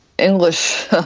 English